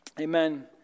amen